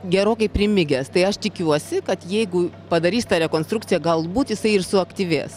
gerokai primigęs tai aš tikiuosi kad jeigu padarys tą rekonstrukciją galbūt jisai ir suaktyvės